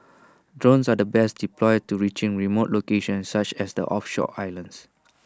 drones are the best deployed to reaching remote locations such as the offshore islands